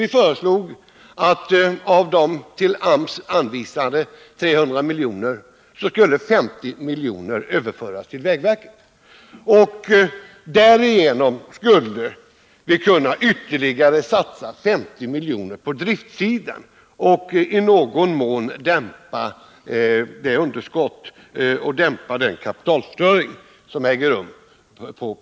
Vi föreslog att av de till AMS anvisade 300 miljonerna skulle 50 miljoner överföras till vägverket. Därigenom skulle vi kunna satsa ytterligare 50 miljoner på driftsidan och i någon mån dämpa det underskott och den kapitalförstöring som äger rum där.